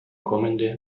kommende